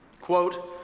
quote,